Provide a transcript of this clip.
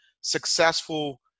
successful